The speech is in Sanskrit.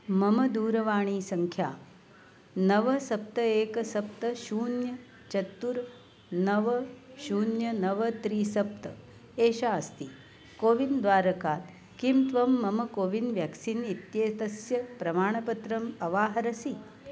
मम दूरवाणीसङ्ख्या नव सप्त एक सप्त शून्यं चत्वारि नव शून्यं नव त्रीणि सप्त एषा अस्ति कोविन् द्वारकात् किं त्वं मम कोविन् व्याक्सीन् इत्येतस्य प्रमाणपत्रम् अवाहरसि